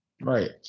Right